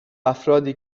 افرادی